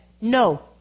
No